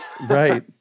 Right